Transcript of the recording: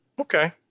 okay